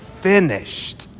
finished